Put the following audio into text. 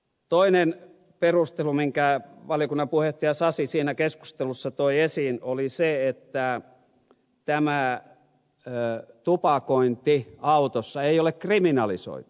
toinen perustelu minkä valiokunnan puheenjohtaja sasi siinä keskustelussa toi esiin oli se että tupakointi autossa ei ole kriminalisoitu